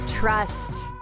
Trust